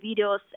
videos